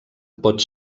pot